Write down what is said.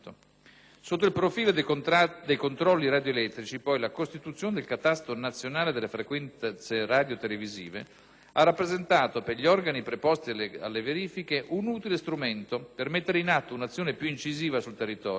Sotto il profilo dei controlli radioelettrici, poi, la costituzione del «catasto nazionale delle frequenze radiotelevisive» ha rappresentato, per gli organi preposti alle verifiche, un utile strumento per mettere in atto un'azione più incisiva sul territorio